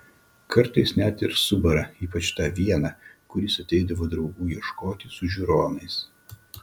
kartais net ir subara ypač tą vieną kuris ateidavo draugų ieškoti su žiūronais